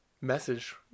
message